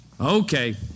Okay